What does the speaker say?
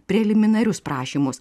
preliminarius prašymus